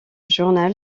journal